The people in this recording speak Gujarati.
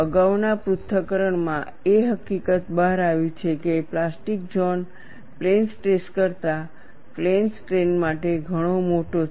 અગાઉના પૃથ્થકરણ માં એ હકીકત બહાર આવી છે કે પ્લાસ્ટિક ઝોન પ્લેન સ્ટ્રેસ કરતા પ્લેન સ્ટ્રેઈન માટે ઘણો મોટો છે